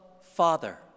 Father